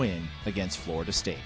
win against florida state